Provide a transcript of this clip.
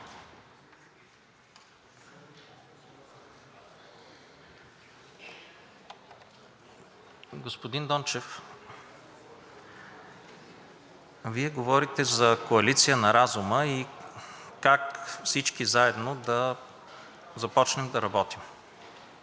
Господин Дончев, Вие говорите за коалиция на разума и как всички заедно да започнем да работим.